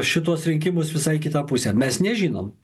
šituos rinkimus visai į kitą pusę mes nežinom